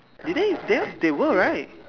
did they they are they were right